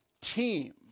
team